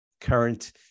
current